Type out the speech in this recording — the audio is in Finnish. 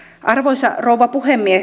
arvoisa rouva puhemies